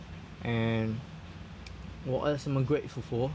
and what else am I grateful for